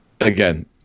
Again